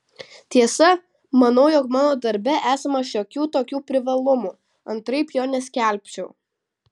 tiesa manau jog mano darbe esama šiokių tokių privalumų antraip jo neskelbčiau